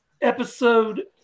episode